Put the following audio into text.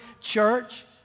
church